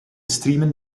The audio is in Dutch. streamen